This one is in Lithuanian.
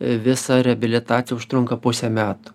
visa reabilitacija užtrunka pusę metų